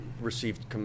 received